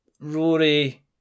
Rory